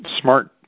smart